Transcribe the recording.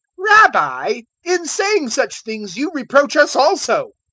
rabbi, in saying such things you reproach us also.